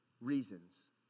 reasons